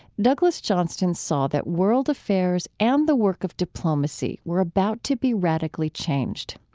douglas johnston saw that world affairs and the work of diplomacy were about to be radically changed.